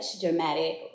dramatic